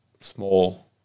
small